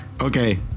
Okay